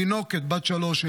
תינוקת בת שלוש,